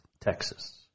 Texas